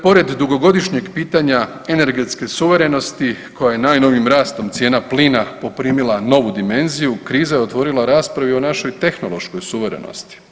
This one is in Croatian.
Pored dugogodišnjeg pitanja energetske suverenosti koja je najnovijim rastom cijena plina poprimila novu dimenziju, kriza je otvorila raspravu o našoj tehnološkoj suverenosti.